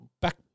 Back